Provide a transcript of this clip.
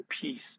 peace